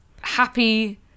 happy